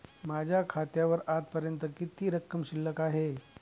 माझ्या खात्यावर आजपर्यंत किती रक्कम शिल्लक आहे?